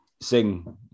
sing